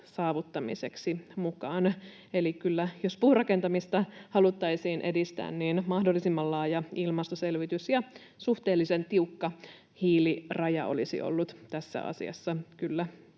saavuttamiseksi. Eli kyllä jos puurakentamista haluttaisiin edistää, niin mahdollisimman laaja ilmastoselvitys ja suhteellisen tiukka hiiliraja olisivat olleet tässä asiassa kyllä